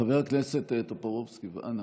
חבר הכנסת טופורובסקי, אנא.